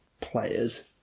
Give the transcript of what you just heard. players